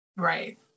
Right